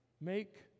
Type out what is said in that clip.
make